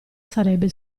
sarebbe